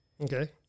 Okay